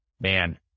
man